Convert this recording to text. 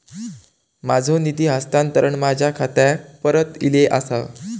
माझो निधी हस्तांतरण माझ्या खात्याक परत इले आसा